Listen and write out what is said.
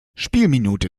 spielminute